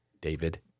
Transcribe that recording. David